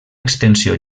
extensió